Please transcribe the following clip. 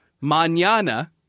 Manana